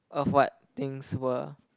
of what things were